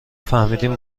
فهمیدیم